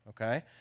Okay